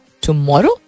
tomorrow